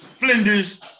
Flinders